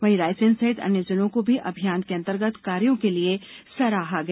वहीं रायसेन सहित अन्य जिलों को भी अभियान के अंतर्गत कार्यो के लिए सराहा गया